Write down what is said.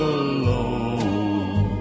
alone